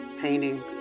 painting